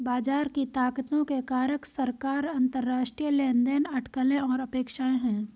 बाजार की ताकतों के कारक सरकार, अंतरराष्ट्रीय लेनदेन, अटकलें और अपेक्षाएं हैं